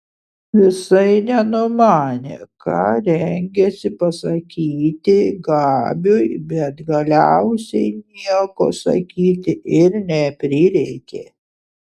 visai nenumanė ką rengiasi pasakyti gabiui bet galiausiai nieko sakyti ir neprireikė